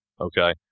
okay